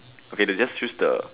okay they just choose the